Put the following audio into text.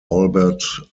albert